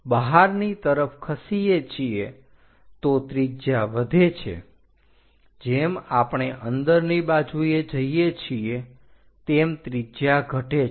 જો આપણે બહારની તરફ ખસીએ છીએ તો ત્રિજ્યા વધે છે જેમ આપણે અંદરની બાજુએ જઈએ છીએ તેમ ત્રિજ્યા ઘટે છે